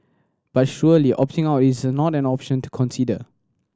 but surely opting out is not an option to consider